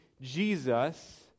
Jesus